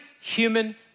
human